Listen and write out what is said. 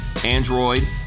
android